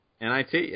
NIT